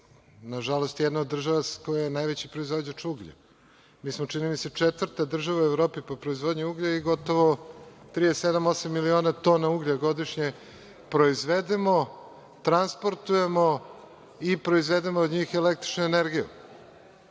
nažalost, jedna od država koja je najveći proizvođač uglja. Mi smo, čini mi se, četvrta država u Evropi po proizvodnji uglja i gotovo 37-38 miliona tona uglja godišnje proizvedemo, transportujemo i proizvedemo od njih električnu energiju. Posebno